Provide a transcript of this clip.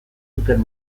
zuten